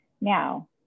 now